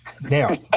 Now